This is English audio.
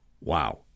Wow